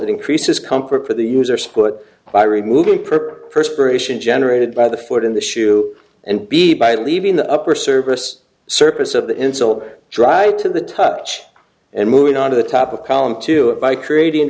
increases comfort for the user split by removing perp generated by the foot in the shoe and b by leaving the upper service surface of the insulter dry to the touch and moving on to the top of column two it by creating